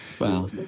Wow